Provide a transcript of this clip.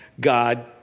God